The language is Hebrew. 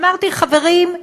אמרתי: חברים,